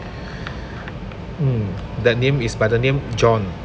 mm the name is by the name john